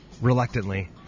reluctantly